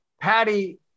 Patty